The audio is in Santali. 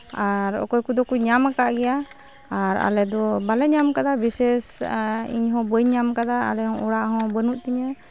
ᱟᱨ ᱚᱠᱚᱭ ᱠᱚᱫᱚ ᱠᱚ ᱧᱟᱢᱟᱠᱟᱫ ᱜᱮᱭᱟ ᱟᱨ ᱟᱞᱮ ᱫᱚ ᱵᱟᱞᱮ ᱧᱟᱢ ᱠᱟᱫᱟ ᱵᱤᱥᱮᱥ ᱤᱧᱦᱚᱸ ᱵᱟᱹᱧ ᱧᱟᱢ ᱟᱠᱟᱫᱟ ᱟᱞᱮ ᱚᱲᱟᱜ ᱦᱚᱸ ᱵᱟᱹᱱᱩᱜ ᱛᱤᱧᱟᱹ